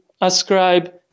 ascribe